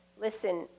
Listen